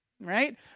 right